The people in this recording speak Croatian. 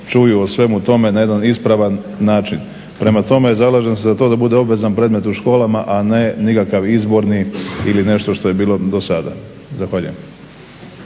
čuju o svemu tome na jedan ispravan način. Prema tome, zalažem se za to da bude obvezan predmet u školama a ne nikakav izborni ili nešto što je bilo do sada. Zahvaljujem.